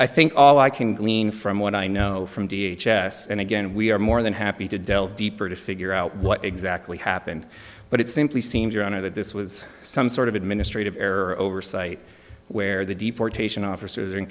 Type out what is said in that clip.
i think all i can glean from what i know from v h s and again we are more than happy to delve deeper to figure out what exactly happened but it simply seems your honor that this was some sort of administrative error or oversight where the deportation officers are in